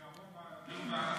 זה יעבור דיון בוועדת הכספים?